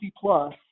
plus